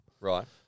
Right